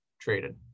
traded